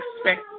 expect